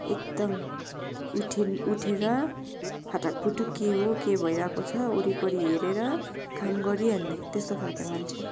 एकदम उठिन उठेर फाटाक फुटुक के हो के भइरहेको छ वरिपरि हेरेर काम गरिहाल्ने त्यस्तो खालको मान्छे हो